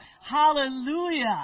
Hallelujah